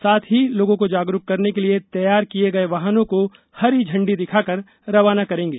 साथ ही लोगों को जागरूक करने के लिए तैयार किये गये वाहनों को हरी झंडी दिखाकर रवाना करेंगे